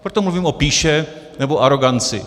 Proto mluvím o pýše nebo aroganci.